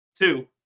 two